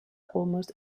almost